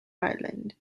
island